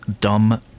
Dumb